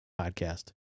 podcast